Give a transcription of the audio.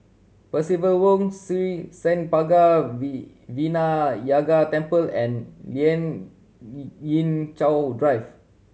Percival Sri Senpaga V Vinayagar Temple and Lien Ying Chow Drive